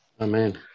Amen